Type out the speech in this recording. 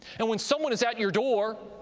and when someone is at your door,